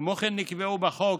כמו כן נקבעו בחוק